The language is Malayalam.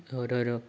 ഓരോരോ